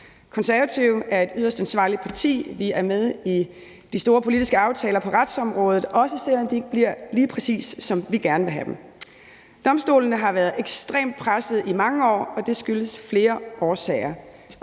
Konservative er et yderst ansvarligt parti, og vi er med i de store politiske aftaler på retsområdet, også selv om de ikke bliver lige præcis, som vi gerne ville have dem. Domstolene har været ekstremt presset i mange år, og det har flere årsager.